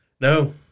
No